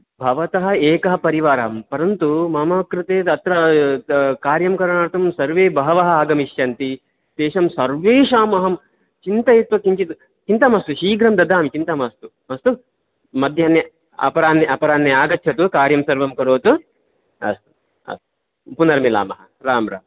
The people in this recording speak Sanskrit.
भवतः एकः परिवारः परन्तु मम कृते अत्र कार्यं करणार्थं सर्वे बहवः आगमिष्यन्ति तेषां सर्वेषाम् अहं चिन्तयित्वा किञ्चित् चिन्ता मास्तु शीघ्रं ददामि चिन्ता मास्तु अस्तु मध्याह्ने अपराह्णे अपराह्णे आगच्छतु कार्यं सर्वं करोतु अस्तु अस्तु पुनर्मिलामः राम् राम्